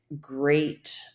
great